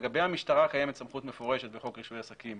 לגבי המשטרה קיימת סמכות מפורשת בחוק רישוי עסקים